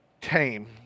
tame